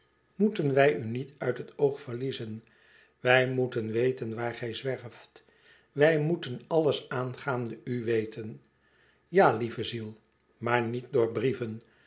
moeten wij u niet uit bet oog verliezen wij moeten weten waar gij zwerft wij moeten alles aangaande u weten ja lieve ziel maar niet door brieven